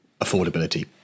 affordability